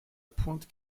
pointe